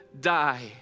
die